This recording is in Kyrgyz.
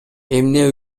эмне